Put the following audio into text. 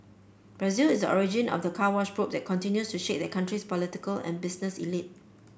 Brazil is a origin of the Car Wash probe that continues to shake that country's political and business elite